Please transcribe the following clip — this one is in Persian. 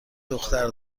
دختر